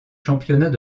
championnats